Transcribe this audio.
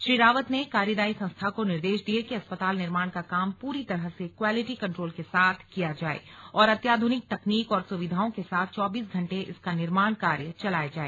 श्री रावत ने कार्यदायी संस्था को निर्देश दिए कि अस्पताल निर्माण का काम पूरी तरह से क्वालिटी कन्ट्रोल के साथ किया जाए और अत्याध्यनिक तकनीक और सुविधाओं के साथ चौबीस घण्टे इसका निर्माण कार्य चलाया जाए